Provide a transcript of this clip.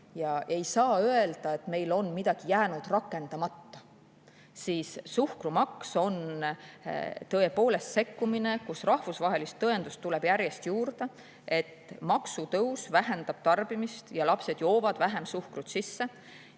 ja ei saa öelda, et meil on midagi jäänud rakendamata, siis suhkrumaks on tõepoolest sekkumine, kus rahvusvahelist tõendust tuleb järjest juurde, et maksutõus vähendab tarbimist ja lapsed joovad vähem suhkrut sisse.